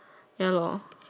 ya lor